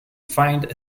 find